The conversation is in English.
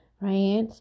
Right